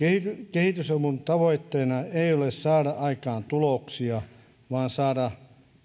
kehitysavun tavoitteena ei ole saada aikaan tuloksia vaan saada